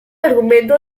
argumento